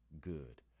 good